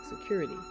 security